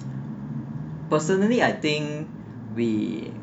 personally I think we